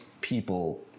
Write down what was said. people